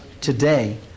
today